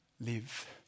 Live